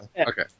okay